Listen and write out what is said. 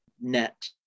net